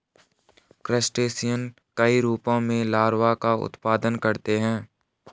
crustacean कई रूपों में लार्वा का उत्पादन करते हैं